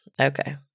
Okay